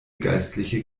geistliche